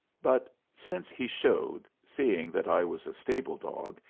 but since he showed, seeing that i was a stable-dog,